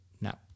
Now